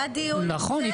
היה דיון --- נכון,